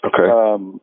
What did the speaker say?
Okay